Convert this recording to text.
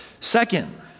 Second